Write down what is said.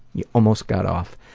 you almost got off.